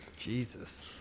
Jesus